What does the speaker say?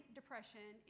depression